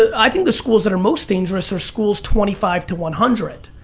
i think the schools that are most dangerous are schools twenty five to one hundred,